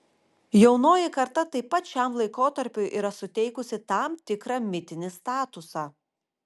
jaunoji karta taip pat šiam laikotarpiui yra suteikusi tam tikrą mitinį statusą